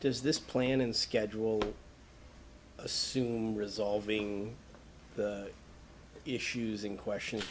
does this plan in schedule assume resolving issues in question